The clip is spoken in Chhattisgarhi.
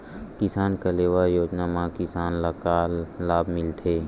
किसान कलेवा योजना म किसान ल का लाभ मिलथे?